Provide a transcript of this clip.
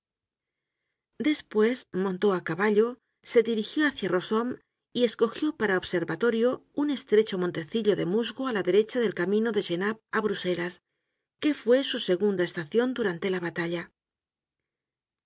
despues montó á caballo se dirigió hacia rossomme y escogió para observatorio un estrecho monteclllo de musgo á la derecha del camino de genappe á bruselas que fue su segunda estacion durante la batalla